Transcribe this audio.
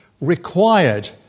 required